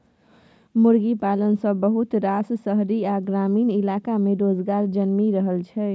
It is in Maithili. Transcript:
मुर्गी पालन सँ बहुत रास शहरी आ ग्रामीण इलाका में रोजगार जनमि रहल छै